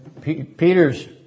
Peter's